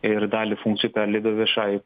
ir dalį funkcijų perleido viešai